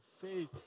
faith